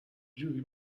جوری